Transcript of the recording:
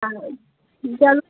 چلو